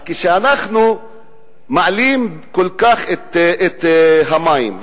אז כשאנחנו מעלים כל כך את מחיר המים,